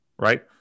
right